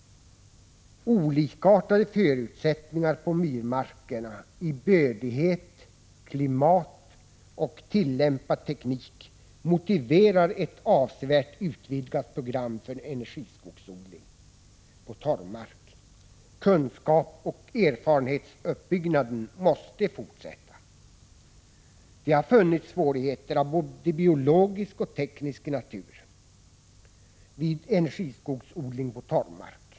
Olikartade förutsättningar på myrmarkerna i fråga om bördighet, klimat och tillämpad teknik motiverar ett avsevärt utvidgat program för energiskogsodling på torvmark. Kunskapsoch erfarenhetsuppbyggnaden måste fortsätta. Det har funnits svårigheter av både biologisk och teknisk natur vid energiskogsodling på torvmark.